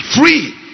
free